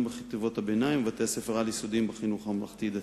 בחטיבות-הביניים ובבתי-הספר העל-יסודיים בחינוך הממלכתי-דתי.